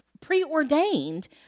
preordained